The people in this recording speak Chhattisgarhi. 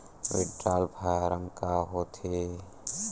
विड्राल फारम का होथेय